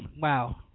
Wow